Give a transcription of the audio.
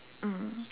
mm